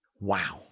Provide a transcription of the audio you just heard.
Wow